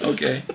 Okay